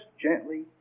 gently